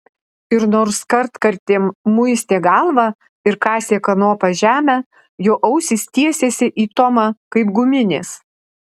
ir nors kartkartėm muistė galvą ir kasė kanopa žemę jo ausys tiesėsi į tomą kaip guminės